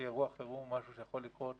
כך שאירוע חירום הוא משהו שיכול לקרות